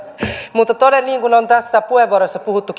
mutta niin kuin on tässä puheenvuoroissa puhuttu